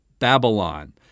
Babylon